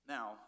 Now